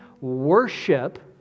worship